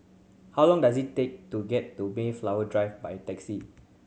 how long does it take to get to Mayflower Drive by taxi